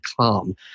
calm